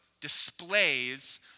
displays